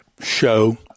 show